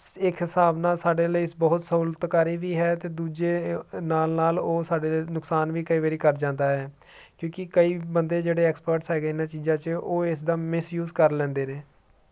ਇੱਕ ਹਿਸਾਬ ਨਾਲ ਸਾਡੇ ਲਈ ਬਹੁਤ ਸਹੂਲਤਕਾਰੀ ਵੀ ਹੈ ਅਤੇ ਦੂਜੇ ਨਾਲ ਨਾਲ ਉਹ ਸਾਡੇ ਨੁਕਸਾਨ ਵੀ ਕਈ ਵਾਰੀ ਕਰ ਜਾਂਦਾ ਹੈ ਕਿਉਂਕਿ ਕਈ ਬੰਦੇ ਜਿਹੜੇ ਐਕਸਪਰਟਸ ਹੈਗੇ ਇਹਨਾਂ ਚੀਜ਼ਾਂ 'ਚ ਉਹ ਇਸ ਦਾ ਮਿਸਯੂਸ ਕਰ ਲੈਂਦੇ ਨੇ